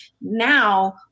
now